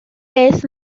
beth